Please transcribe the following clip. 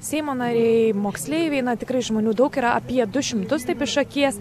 seimo nariai moksleiviai na tikrai žmonių daug yra apie du šimtus taip iš akies